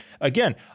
again